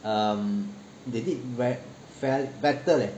um they did ver~ fair~ better than